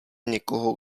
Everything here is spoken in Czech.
někoho